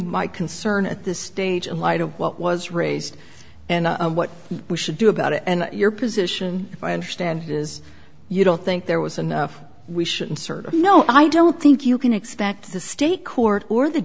my concern at this stage in light of what was raised and what we should do about it and your position if i understand it is you don't think there was enough we should insert a no i don't think you can expect the state court or the